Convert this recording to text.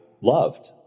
loved